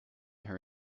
her